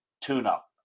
tune-up